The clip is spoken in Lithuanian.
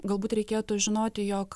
galbūt reikėtų žinoti jog